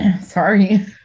Sorry